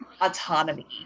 autonomy